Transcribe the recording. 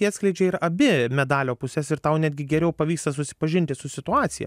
jie atskleidžia ir abi medalio puses ir tau netgi geriau pavyksta susipažinti su situacija